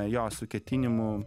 jo su ketinimu